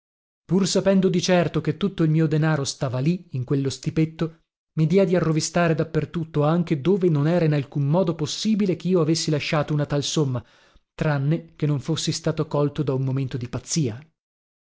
pur sapendo di certo che tutto il mio denaro stava lì in quello stipetto mi diedi a rovistare da per tutto anche dove non era in alcun modo possibile chio avessi lasciato una tal somma tranne che non fossi stato colto da un momento di pazzia